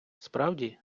справді